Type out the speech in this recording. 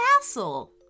castle